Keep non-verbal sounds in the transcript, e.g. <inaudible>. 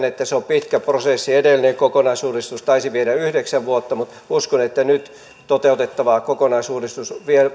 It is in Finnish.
<unintelligible> että se on pitkä prosessi edellinen kokonaisuudistus taisi viedä yhdeksän vuotta mutta uskon että nyt toteutettava kokonaisuudistus